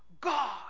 God